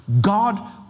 God